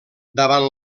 davant